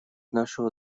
нашего